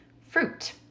fruit